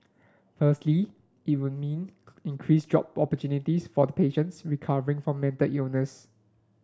firstly it will mean increased job opportunities for patients recovering from mental illness